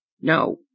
No